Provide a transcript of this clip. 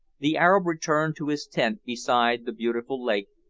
the arab returned to his tent beside the beautiful lake,